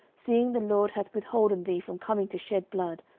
seeing the lord hath withholden thee from coming to shed blood,